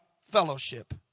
fellowship